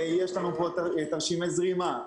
יש לנו פה תרשימי זרימה.